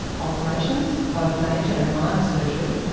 operations both major and minor surgery,